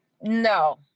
No